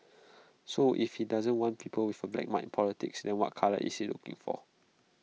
so if he doesn't want people with A black mark in politics then what colour is he looking for